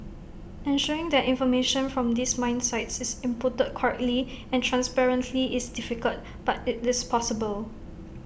ensuring that information from these mine sites is inputted correctly and transparently is difficult but IT is possible